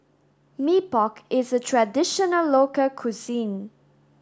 Mee Pok is a traditional local cuisine